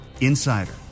Insider